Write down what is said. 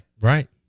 Right